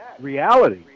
reality